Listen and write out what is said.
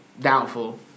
doubtful